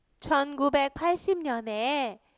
1980년에